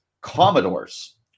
Commodores